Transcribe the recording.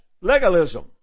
legalism